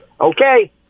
okay